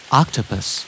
octopus